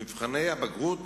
במבחני הבגרות